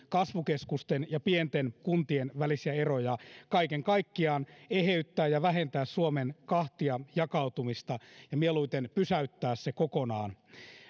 kasvukeskusten ja pienten kuntien välisiä eroja kaiken kaikkiaan eheyttää ja vähentää suomen kahtiajakautumista ja mieluiten pysäyttää se kokonaan